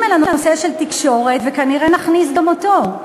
על הנושא של תקשורת וכנראה נכניס גם אותו".